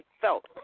felt